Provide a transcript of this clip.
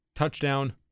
Touchdown